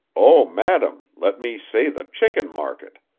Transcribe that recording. oh, madam, let me say the chicken market.